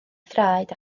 thraed